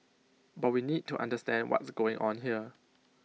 but we need to understand what's going on here